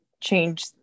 change